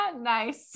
Nice